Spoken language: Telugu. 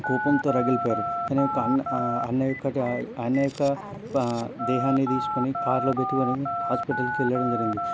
కోపంతో రగిలిపోయారు తన యొక్క అన్న అన్న యొక్క అన్న యొక్క దేహాన్నితీసుకుని కార్లో పెట్టుకొని హాస్పిటల్కి వెళ్ళడం జరిగింది